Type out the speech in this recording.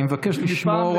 אני מבקש לשמור,